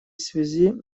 связи